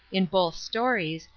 in both stories,